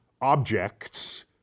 objects